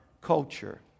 culture